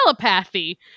telepathy